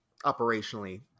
Operationally